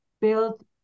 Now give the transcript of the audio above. build